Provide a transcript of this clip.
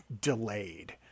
delayed